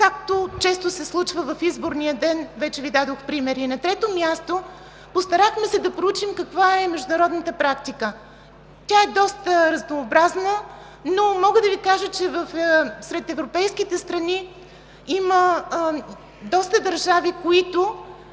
както често се случва в изборния ден, вече Ви дадох примери. И на трето място, постарахме се да проучим каква е международната практика. Тя е доста разнообразна, но мога да Ви кажа, че сред европейските страни има доста държави, които